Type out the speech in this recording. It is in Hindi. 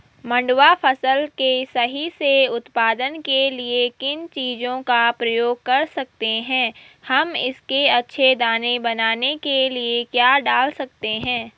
मंडुवा फसल के सही से उत्पादन के लिए किन चीज़ों का प्रयोग कर सकते हैं हम इसके अच्छे दाने बनाने के लिए क्या डाल सकते हैं?